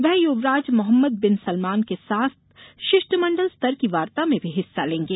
वे युवराज Mohammed bin Salman के साथ शिष्टमंडल स्तर की वार्ता में भी हिस्सा लेंगे